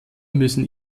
müssen